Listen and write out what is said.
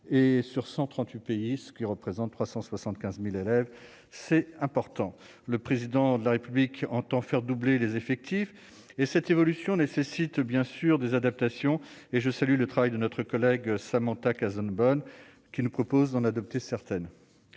et sur 138 pays, ce qui représente 375000 élèves, c'est important, le président de la République entend faire doubler les effectifs, et cette évolution nécessite bien sûr des adaptation et je salue le travail de notre collègue, Samantha Cazebonne qui nous propose d'en adopter certaines